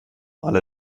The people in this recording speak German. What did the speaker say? alle